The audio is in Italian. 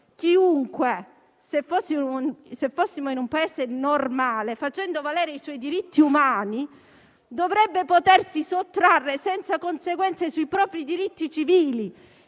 a cui, se fossimo in un Paese normale, chiunque, facendo valere i suoi diritti umani, dovrebbe potersi sottrarre senza conseguenze sui propri diritti civili.